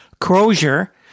Crozier